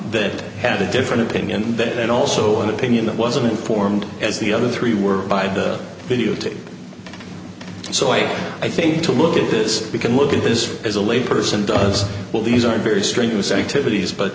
that had a different opinion that also an opinion that wasn't formed as the other three were by the videotape so i i think to look at this we can look at this as a layperson does well these are very strenuous activities but